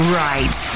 right